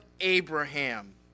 Abraham